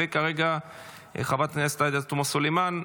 וכרגע חברת הכנסת עאידה תומא סלימאן.